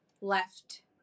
left